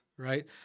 right